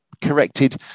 corrected